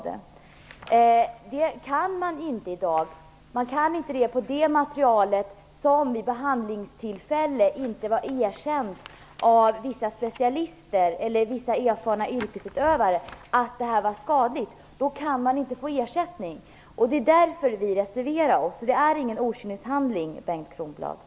Det kan man inte i dag, för om det material som vid behandlingstillfället inte var erkänt som skadligt av vissa specialister eller erfarna yrkesutövare, kan man inte få ersättning. Det är därför vi reserverar oss. Det är ingen okynneshandling, Bengt